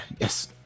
yes